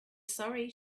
sorry